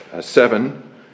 seven